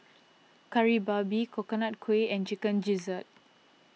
Kari Babi Coconut Kuih and Chicken Gizzard